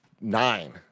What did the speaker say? Nine